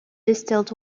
distilled